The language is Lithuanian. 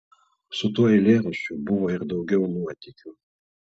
su tuo eilėraščiu buvo ir daugiau nuotykių